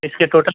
اس کے ٹوٹل